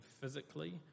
physically